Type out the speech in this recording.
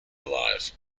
alive